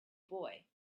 boy